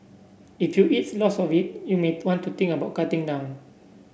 if you eats lots of it you may want to think about cutting down